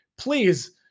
Please